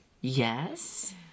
yes